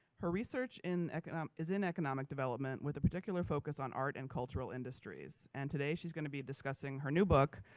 her research in economic, is in economic development with a particular focus on art and cultural industries. and today she's gonna be discussing her new book,